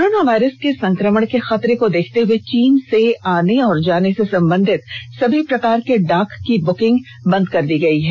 corona virus के संक्रमण से खतरे को देखते हुए चीन से आने और जाने से संबंधित सभी प्रकार के डाक की बुकिंग बंद कर दी गई है